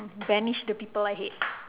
banish the people I hate